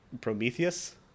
Prometheus